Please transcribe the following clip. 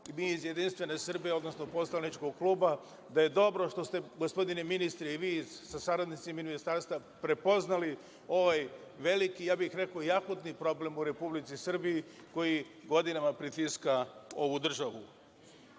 mi iz JS, odnosno poslaničkog kluba, da je dobro što ste, gospodine ministre, vi sa saradnicima iz Ministarstva prepoznali ovaj veliki, rekao bih, akutni problem u Republici Srbiji koji godinama pritiska ovu državu.U